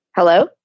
Hello